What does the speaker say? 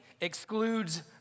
excludes